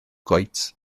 goets